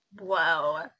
Whoa